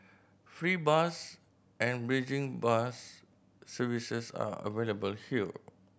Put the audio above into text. free bus and bridging bus services are available here